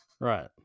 right